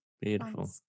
Beautiful